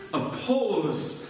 opposed